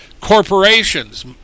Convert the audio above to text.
corporations